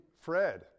Fred